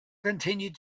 continued